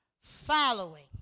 following